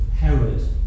Herod